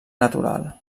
natural